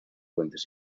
fuentes